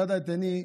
צד את עיני,